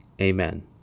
Amen